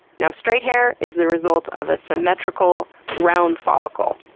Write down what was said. now, straight hair is the result of a symmetrical, round follicle.